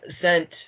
sent